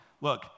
look